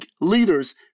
leaders